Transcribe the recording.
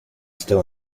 still